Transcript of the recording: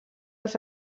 els